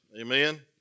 Amen